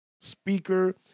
speaker